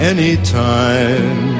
Anytime